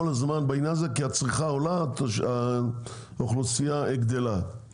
הזמן בעניין הזה כי הצריכה עולה האוכלוסייה גדלה,